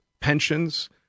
pensions